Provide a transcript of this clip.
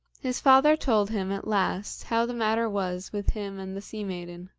his father told him at last how the matter was with him and the sea-maiden.